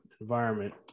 environment